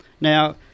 Now